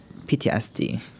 PTSD